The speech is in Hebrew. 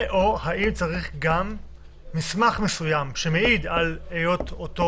ו/או האם צריך גם מסמך מסוים שמעיד על היות אותו